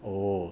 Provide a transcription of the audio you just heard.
oh